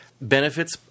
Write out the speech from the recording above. benefits